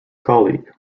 colleague